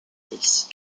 this